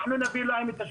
אנחנו נביא להם את השמות.